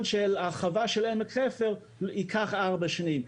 של הרחבה של עמק חפר ייקח ארבע שנים.